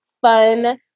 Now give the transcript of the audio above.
fun